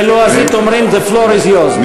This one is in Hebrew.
בלועזית אומרים: the floor is yours.